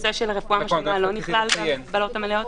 ושהנושא של רפואה משלימה לא נכלל בהגבלות המלאות.